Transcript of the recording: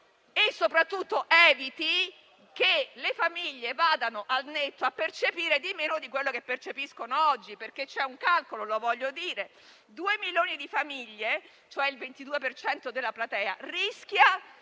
e soprattutto eviti che le famiglie vadano, al netto, a percepire di meno di quello che percepiscono oggi. È stato fatto un calcolo, e lo voglio dire: due milioni di famiglie, cioè il 22 per cento della platea, rischiano